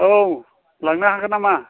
औ लांनो हागोन नामा